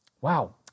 Wow